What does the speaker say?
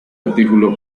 artículo